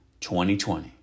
2020